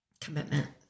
commitment